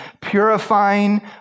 purifying